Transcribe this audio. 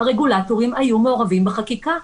הרגולטורים היו מעורבים בחקיקה.